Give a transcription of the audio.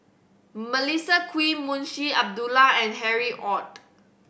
Melissa Kwee Munshi Abdullah and Harry Ord